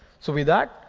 so with that,